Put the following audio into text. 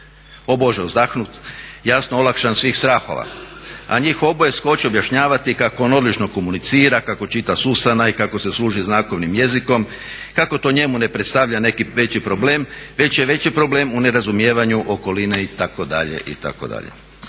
O Bože uzdahnuh jasno olakšan svih strahova, a njih oboje skoče objašnjavati kako on odlično komunicira, kako čita s usana i kako se služi znakovnim jezikom, kako to njemu ne predstavlja neki veći problem, već je veći problem u nerazumijevanju okoline itd., itd.